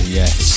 yes